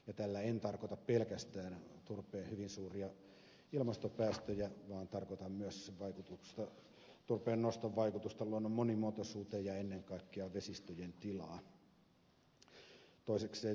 ja tällä en tarkoita pelkästään turpeen hyvin suuria ilmastopäästöjä vaan tarkoitan myös turpeennoston vaikutusta luonnon monimuotoisuuteen ja ennen kaikkea vesistöjen tilaan